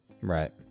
Right